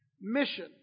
mission